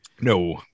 No